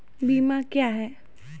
बीमा क्या हैं?